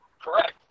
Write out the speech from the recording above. Correct